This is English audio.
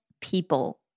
people